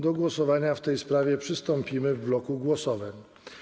Do głosowania w tej sprawie przystąpimy w bloku głosowań.